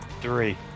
Three